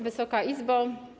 Wysoka Izbo!